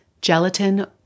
gelatin